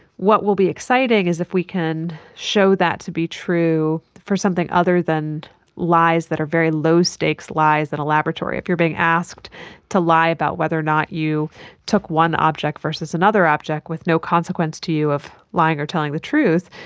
what will be exciting is if we can show that to be true for something other than lies that are very low-stakes lies in a laboratory. if you are being asked to lie about whether or not you took one object versus another object with no consequence to you of lying or telling the truth,